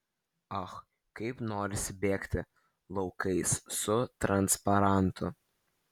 ach kaip norisi bėgti laukais su transparantu